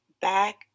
Back